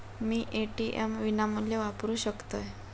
मी ATM विनामूल्य वापरू शकतय?